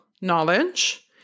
knowledge